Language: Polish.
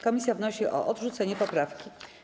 Komisja wnosi o odrzucenie poprawki.